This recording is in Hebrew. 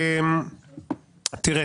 הבעיה